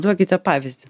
duokite pavyzdį